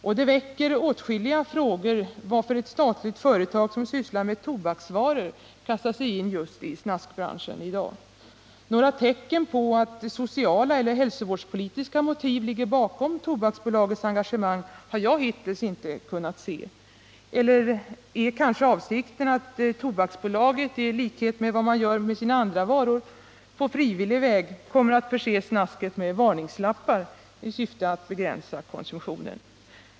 Och det väcker åtskilliga frågor att ett statligt företag som sysslar med tobaksvaror kastat sig in i snaskbranschen just i dag. Några tecken på att sociala eller hälsovårdspolitiska motiv ligger bakom Tobaksbolagets engagemang har jag hittills inte kunnat se. Eller är kanske avsikten att Tobaksbolaget, i likhet med vad man gör med sina andra varor, på frivillig väg kommer att förse snasket med varningslappar i syfte att begränsa konsumtionen?